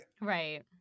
Right